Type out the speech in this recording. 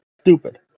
Stupid